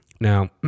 Now